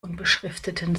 unbeschrifteten